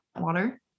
water